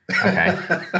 Okay